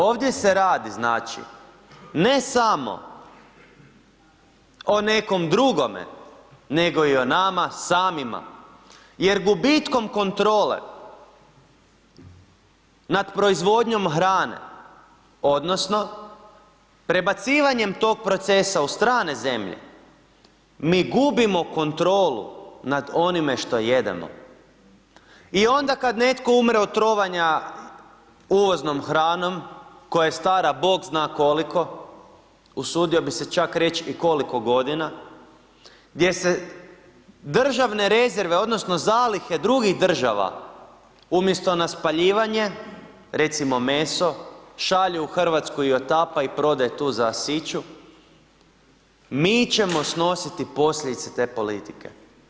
Ovdje se radi znači, ne samo o nekom drugome nego i o nama samima jer gubitkom kontrole nad proizvodnjom hrane odnosno prebacivanjem tog procesa u strane zemlje mi gubimo kontrolu nad onime što jedemo i onda kad netko umre od trovanja uvoznom hranom koja je stara Bog zna koliko, usudio bih se čak reći i koliko godina, gdje se državne rezerve odnosno zalihe drugih država umjesto na spaljivanje, recimo meso, šalju u Hrvatsku i otapa i prodaje tu za siću, mi ćemo snositi posljedice te politike.